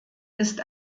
ist